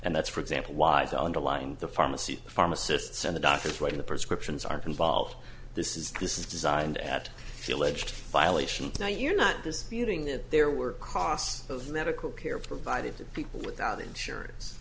and that's for example why the underline the pharmacy pharmacists and the doctors writing the prescriptions are involved this is this is designed at feel ledged violation now you're not this feeling that there were costs of medical care provided to people without insurance